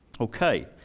Okay